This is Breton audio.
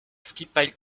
skipailh